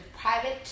private